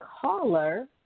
caller